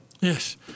Yes